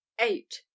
eight